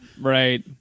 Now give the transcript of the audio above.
Right